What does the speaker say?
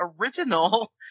original